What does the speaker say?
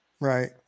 Right